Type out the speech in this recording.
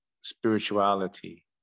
spirituality